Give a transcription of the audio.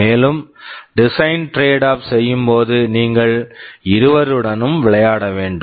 மேலும் design tradeoff design tradeoff செய்யும் போது நீங்கள் இருவருடனும் விளையாட வேண்டும்